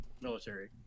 military